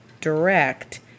direct